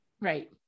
Right